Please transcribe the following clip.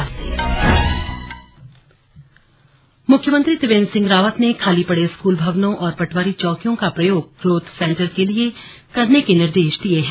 slug growth centre मुख्यमंत्री त्रिवेन्द्र सिंह रावत ने खाली पड़े स्कूल भवनों और पटवारी चौकियों का प्रयोग ग्रोथ सेन्टर के लिए करने के निर्देश दिये हैं